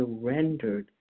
surrendered